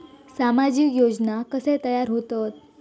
सामाजिक योजना कसे तयार होतत?